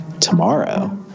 tomorrow